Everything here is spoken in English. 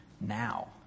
now